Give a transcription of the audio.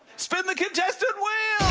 spin the contestant wheel!